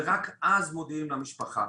ורק אז מודיעים למשפחה.